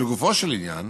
לגופו של עניין: